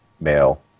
male